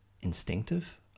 instinctive